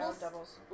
doubles